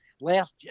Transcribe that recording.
last